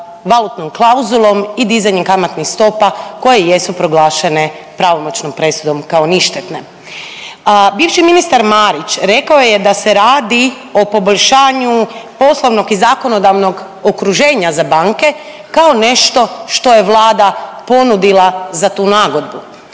valutnom klauzulom i dizanjem kamatnih stopa koje jesu proglašene pravomoćnom presudom kao ništetne. Bivši ministar Marić rekao je da se radi o poboljšanju poslovnog i zakonodavnog okruženja za banke kao nešto što je Vlada ponudila za tu nagodbu.